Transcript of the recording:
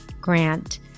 Grant